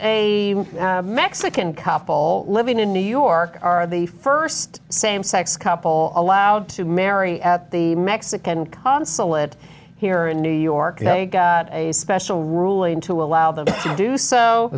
a mexican couple living in new york are the first same sex couple allowed to marry at the mexican consulate here in new york and they got a special ruling to allow them to do so